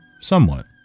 somewhat